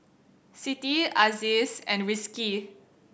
Siti Aziz and Rizqi